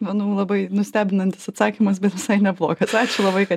manau labai nustebinantis atsakymas bet visai neblogas ačiū labai kad